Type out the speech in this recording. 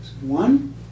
One